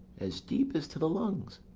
as deep as to the lungs?